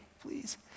Please